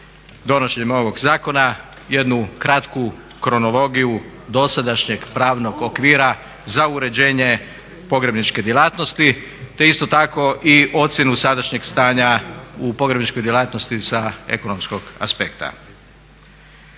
donošenjem ovog zakona, jednu kratku kronologiju dosadašnjeg pravnog okvira za uređenje pogrebničke djelatnosti te isto tako i ocjenu sadašnjeg stanja u pogrebničkoj djelatnosti sa ekonomskog aspekta.